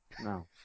No